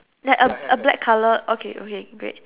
like a a black colour okay okay great